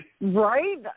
Right